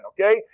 okay